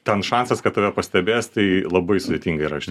ten šansas kad tave pastebės tai labai sudėtinga yra iš